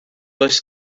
does